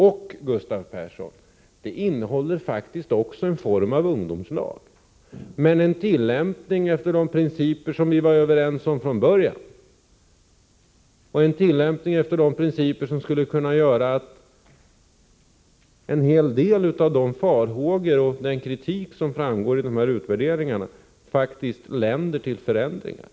Och, Gustav Persson, bland dem finns faktiskt också en form av ungdomslag som, med tillämpning av de principer som vi var överens om från början, skulle kunna göra att en hel del av de farhågor och den kritik som framförs i utvärderingarna faktiskt länder till förändringar.